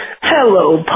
Hello